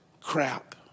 crap